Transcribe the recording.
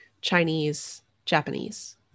Chinese-Japanese